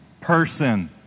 person